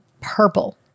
purple